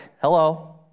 Hello